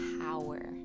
power